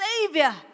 Savior